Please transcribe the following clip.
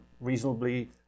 reasonably